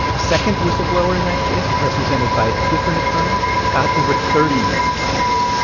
a second whistleblower in that case represented by a different attorney got over thirty million dollars.